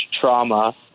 trauma